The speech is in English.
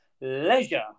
leisure